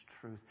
truth